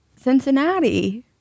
cincinnati